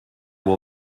will